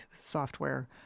software